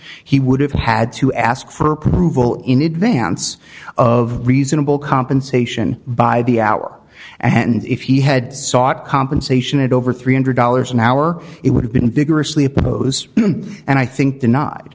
he would have had to ask for approval in advance of reasonable compensation by the hour and if he had sought compensation at over three hundred dollars an hour it would have been vigorously opposed and i think the